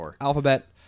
alphabet